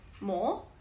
more